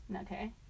Okay